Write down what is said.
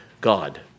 God